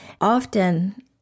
often